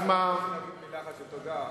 הוא רק רוצה להגיד מלה אחת של תודה,